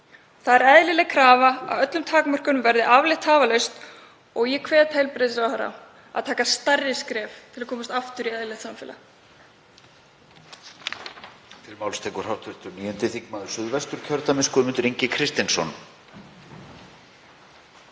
Það er eðlileg krafa að öllum takmörkunum verði aflétt tafarlaust og ég hvet heilbrigðisráðherra til að taka stærri skref til að komast aftur í eðlilegt samfélag.